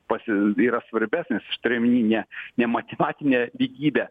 pasiu yra svarbesnis aš turiu omeny ne ne motyvacinė lygybė